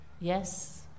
yes